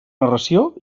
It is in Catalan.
narració